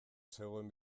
zegoen